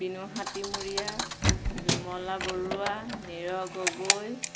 বিনু হাতীমূৰীয়া বিমলা বৰুৱা নিৰ গগৈ